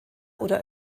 oder